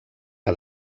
que